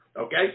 Okay